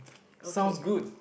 okay